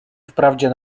wprawdzie